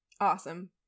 Awesome